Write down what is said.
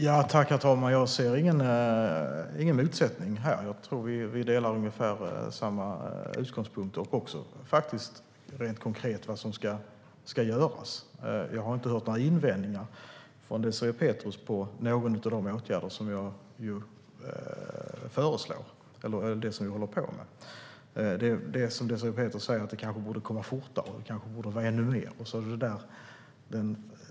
Herr talman! Jag ser ingen motsättning här. Jag tror att vi har ungefär samma utgångspunkter och ungefär samma uppfattning om vad som rent konkret ska göras. Jag har inte hört några invändningar från Désirée Pethrus i fråga om någon av de åtgärder som vi föreslår och arbetar med. Désirée Pethrus säger att det kanske borde gå fortare och borde vara ännu mer.